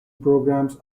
programs